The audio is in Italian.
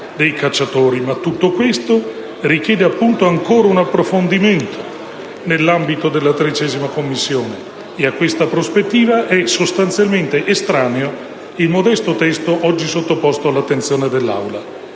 Ma tutto questo richiede, appunto, ancora un approfondimento nell'ambito della 13a Commissione, e a questa prospettiva è sostanzialmente estraneo il modesto testo oggi sottoposto all'attenzione dell'Aula.